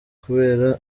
kubera